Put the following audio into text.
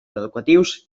educatius